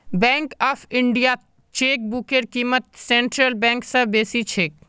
bank of इंडियात चेकबुकेर क़ीमत सेंट्रल बैंक स बेसी छेक